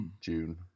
June